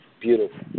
Beautiful